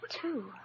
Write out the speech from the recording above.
two